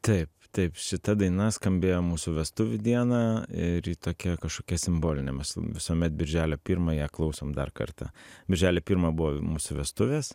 taip taip šita daina skambėjo mūsų vestuvių dieną ir ji tokia kažkokia simbolinė mes visuomet birželio pirmą ją klausom dar kartą birželio pirmč buvo mūsų vestuvės